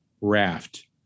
raft